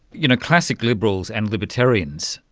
you know classic liberals and libertarians,